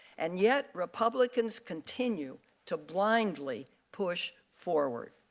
and yet republicans continue to blindly push forward.